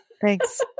Thanks